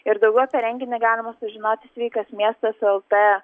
ir daugiau apie renginį galima sužinoti sveikas miestas lt